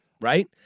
Right